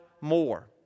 more